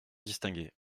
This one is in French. distingué